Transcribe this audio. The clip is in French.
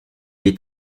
est